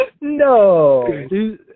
no